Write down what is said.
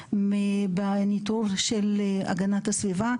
כאלה מניתוח של הגנת הסביבה,